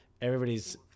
everybody's –